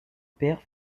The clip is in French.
perd